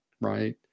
right